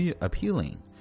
appealing